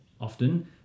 often